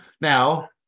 Now